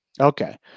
Okay